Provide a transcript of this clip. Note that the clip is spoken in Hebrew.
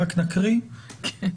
רק נקרא אותה.